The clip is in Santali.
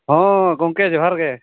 ᱦᱚᱸ ᱜᱚᱝᱠᱮ ᱡᱚᱦᱟᱨ ᱜᱮ